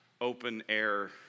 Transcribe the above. open-air